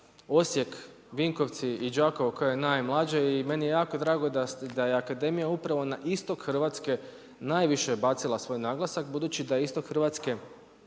Osijek, Vinkovci i Đakovo koje je najmlađe i meni je jako drago da je Akademija upravo na istok Hrvatska najviše bacila svoj naglasak, budući da je istok Hrvatske